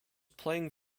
playing